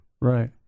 Right